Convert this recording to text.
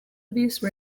abuse